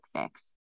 Fix